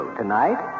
tonight